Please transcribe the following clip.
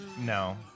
no